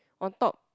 on top